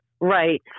Right